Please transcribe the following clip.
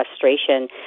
frustration